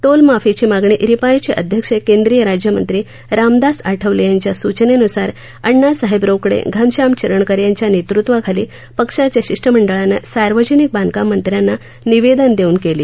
टोलमाफीची मागणी रिपाईचे अध्यक्ष केंद्रिय राज्यमंत्री रामदास आठवले यांच्या सूचनेनुसार अण्णासाहेब रोकडे घनश्याम चिरणकर यांच्या नेतृत्वाखाली पक्षाच्या शिष्टमंडळानं सार्वजनिक बांधकाम मंत्र्यांना निवेदन देऊन केली